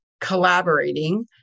collaborating